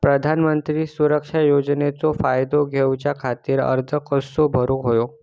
प्रधानमंत्री सुरक्षा योजनेचो फायदो घेऊच्या खाती अर्ज कसो भरुक होयो?